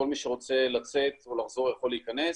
וכל מי שרוצה לצאת או לחזור יכול להיכנס.